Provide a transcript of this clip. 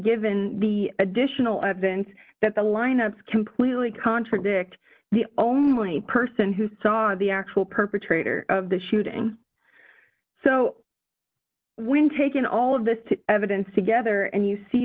given the additional evidence that the lineups completely contradict the only person who saw the actual perpetrator of the shooting so when taken all of this to evidence together and you see